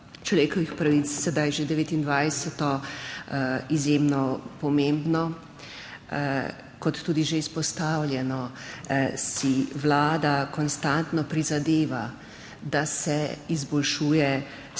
človekovih pravic, sedaj že 29., izjemno pomembno. Kot tudi že izpostavljeno si Vlada konstantno prizadeva, da se izboljšuje stanje